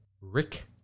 Rick